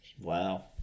wow